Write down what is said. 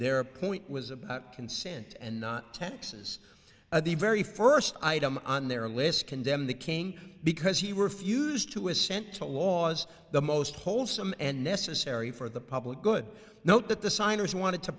their point was about consent and not taxes at the very first i'd on their list condemn the king because he refused to assent to laws the most wholesome and necessary for the public good note that the signers wanted to